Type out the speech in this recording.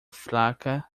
fraca